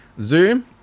zoom